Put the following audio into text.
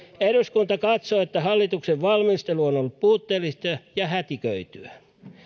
eduskunta katsoo että hallituksen valmistelu on ollut puutteellista ja ja hätiköityä